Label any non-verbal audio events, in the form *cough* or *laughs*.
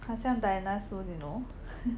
好像 Diana Soh you know *laughs*